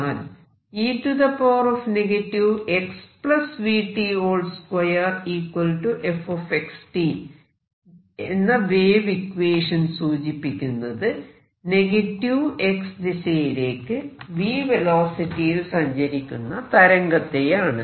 എന്നാൽ എന്ന wave equation സൂചിപ്പിക്കുന്നത് നെഗറ്റീവ് X ദിശയിലേക്ക് v വെലോസിറ്റിയിൽ സഞ്ചരിക്കുന്ന തരംഗത്തെയാണ്